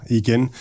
igen